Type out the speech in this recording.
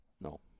No